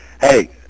Hey